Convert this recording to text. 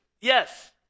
Yes